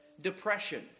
Depression